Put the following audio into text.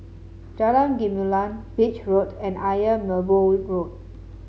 Jalan Gumilang Beach Road and Ayer Merbau Road